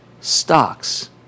Stocks